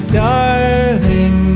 darling